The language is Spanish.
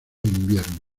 invierno